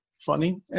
funny